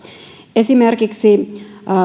esimerkiksi